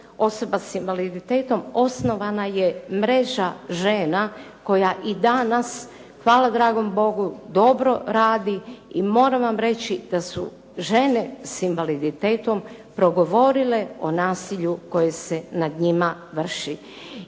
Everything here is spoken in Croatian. osoba sa invaliditetom osnovana je mreža koja i danas, hvala dragom Bogu dobro radi. I moram vam reći da su žene s invaliditetom progovorile o nasilju koje se nad njima vrši.